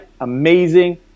amazing